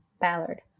Ballard